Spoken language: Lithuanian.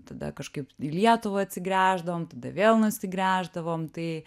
tada kažkaip į lietuvą atsigręždavom tada vėl nusigręždavom tai